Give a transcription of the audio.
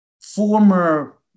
former